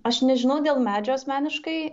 aš nežinau dėl medžio asmeniškai